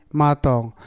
matong